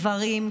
גברים,